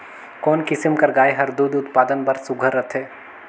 कोन किसम कर गाय हर दूध उत्पादन बर सुघ्घर रथे?